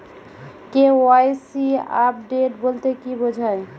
KYC update বলতে কি বোঝায়?